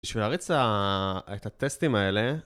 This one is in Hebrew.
בשביל להריץ את ה.. את הטסטים האלה